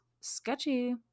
sketchy